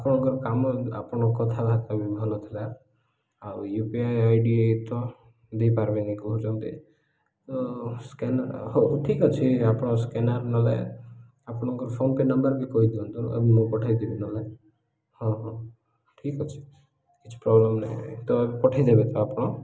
ଆପଣଙ୍କର କାମ ଆପଣଙ୍କ କଥାବାର୍ତ୍ତା ବି ଭଲ ଥିଲା ଆଉ U P I I D ତ ଦେଇପାରିବେନି କହୁଛନ୍ତି ତ ସ୍କାନରଟା ହଉ ଠିକ୍ ଅଛି ଆପଣ ସ୍କାନର ନଲେ ଆପଣଙ୍କର ଫୋନ ପେ ନମ୍ବର ବି କହିଦିଅନ୍ତୁ ମୁଁ ପଠେଇଦେବି ନହେଲେ ହଁ ହଁ ଠିକ୍ ଅଛି କିଛି ପ୍ରୋବ୍ଲେମ ନାହିଁ ତ ପଠେଇଦେବେ ତ ଆପଣ